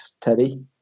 teddy